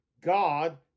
God